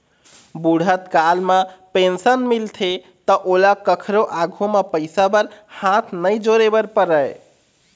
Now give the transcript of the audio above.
बूढ़त काल म पेंशन मिलथे त ओला कखरो आघु म पइसा बर हाथ नइ जोरे बर परय